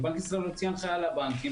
ובנק ישראל הוציא הנחיה לבנקים,